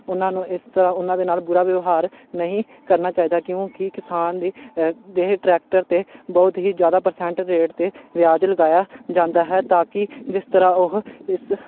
ਉਹਨਾਂ ਨੂੰ ਇਸ ਤਰ੍ਹਾਂ ਉਹਨਾਂ ਦੇ ਨਾਲ ਬੁਰਾ ਵਿਵਹਾਰ ਨਹੀਂ ਕਰਨਾ ਚਾਹੀਦਾ ਕਿਉਂਕਿ ਕਿਸਾਨ ਦੀ ਇਹ ਟਰੈਕਟਰ 'ਤੇ ਬਹੁਤ ਹੀ ਜ਼ਿਆਦਾ ਪਰਸੈਂਟ ਰੇਟ 'ਤੇ ਵਿਆਜ ਲਗਾਇਆ ਜਾਂਦਾ ਹੈ ਤਾਂ ਕਿ ਜਿਸ ਤਰ੍ਹਾਂ ਉਹ ਇਸ